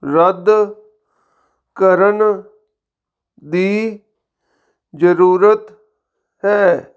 ਰੱਦ ਕਰਨ ਦੀ ਜ਼ਰੂਰਤ ਹੈ